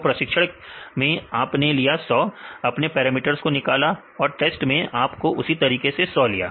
तो प्रशिक्षण में आपने लिया 100 आपने पैरामीटर्स को निकाला और टेस्ट में आपने उसी तरीके से 100 लिया